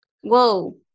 Whoa